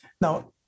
Now